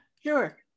Sure